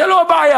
זה לא הבעיה,